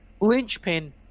Linchpin